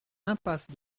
impasse